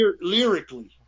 Lyrically